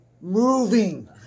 moving